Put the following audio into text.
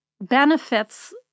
benefits